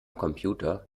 computer